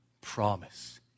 promise